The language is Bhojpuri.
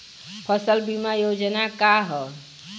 फसल बीमा योजना का ह?